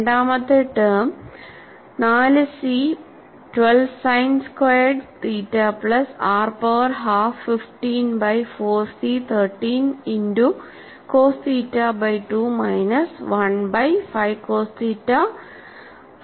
രണ്ടാമത്തെ term 4 C 12 sine squared theta plus R power half 15 by 4 C 13 into cos theta by 2 minus 1 by 5 cos 5 theta by 2